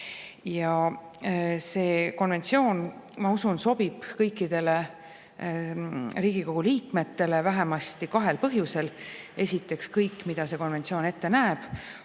See konventsioon, ma usun, sobib kõikidele Riigikogu liikmetele vähemasti kahel põhjusel. Esiteks, kõik, mida see konventsioon ette näeb,